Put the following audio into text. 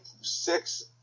six